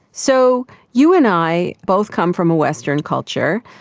so you and i both come from a western culture,